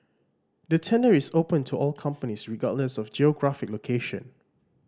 the tender is open to all companies regardless of geographic location